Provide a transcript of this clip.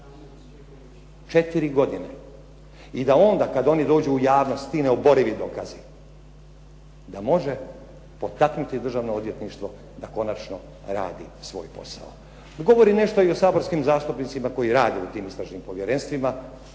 četiri godine i da onda kad oni dođu u javnost ti neoborivi dokazi da može potaknuti Državno odvjetništvo da konačno radi svoj posao. To govori nešto i o saborskim zastupnicima koji rade u tim istražnim povjerenstvima.